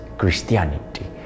Christianity